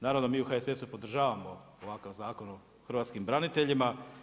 Naravno da mi u HSS-u podržavamo ovakav Zakon o hrvatskim braniteljima.